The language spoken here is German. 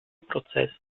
prozess